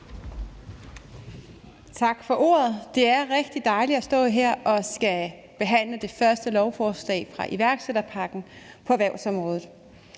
Tak for ordet. Det er rigtig dejligt at stå her og skulle behandle det første lovforslag fra iværksætterpakken på erhvervsområdet.